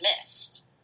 missed